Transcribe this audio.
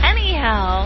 Anyhow